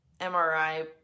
MRI